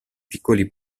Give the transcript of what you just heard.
piccoli